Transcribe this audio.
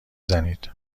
زنید